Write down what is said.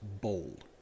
Bold